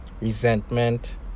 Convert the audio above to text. resentment